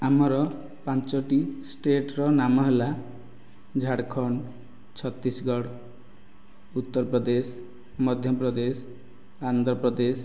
ଆମର ପାଞ୍ଚୋଟି ଷ୍ଟେଟର ନାମ ହେଲା ଝାଡ଼ଖଣ୍ଡ ଛତିଶଗଡ଼ ଉତ୍ତରପ୍ରଦେଶ ମଧ୍ୟପ୍ରଦେଶ ଆନ୍ଧ୍ରପ୍ରଦେଶ